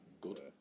good